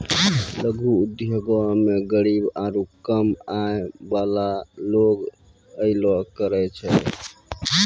लघु उद्योगो मे गरीब आरु कम आय बाला लोग अयलो करे छै